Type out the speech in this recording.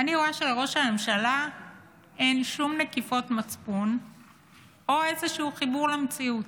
אני רואה שלראש הממשלה אין שום נקיפות מצפון או איזשהו חיבור למציאות.